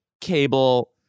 cable